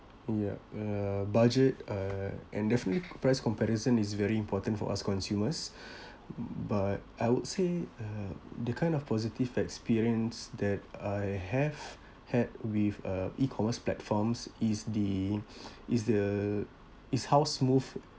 yup uh budget uh and definitely price comparison is very important for us consumers but I would say uh the kind of positive experience that I have had with uh E commerce platforms is the is the is how smooth